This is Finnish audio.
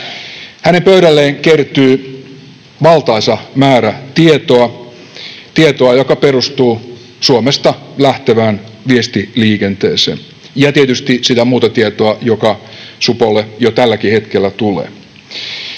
Hänen pöydälleen kertyy valtaisa määrä tietoa, tietoa, joka perustuu Suomesta lähtevään viestiliikenteeseen ja tietysti sitä muuta tietoa, joka supolle jo tälläkin hetkellä tulee.